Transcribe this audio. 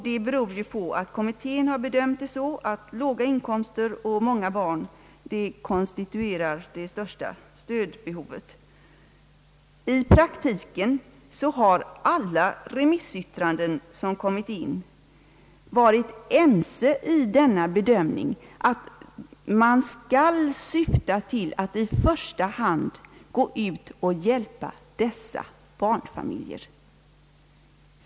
Detta beror på att kommittén bedömt saken så att låga inkomster och många barn konstituerar det största stödbehovet, I praktiken har alla remissinstanser som avgivit yttrande varit ense med kommittén i bedömningen, att det i första hand är dessa barnfamiljer som skall erhålla hjälp.